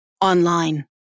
online